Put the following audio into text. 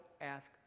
ask